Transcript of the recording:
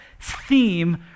theme